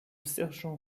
sergent